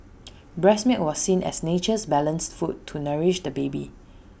breast milk was seen as nature's balanced food to nourish the baby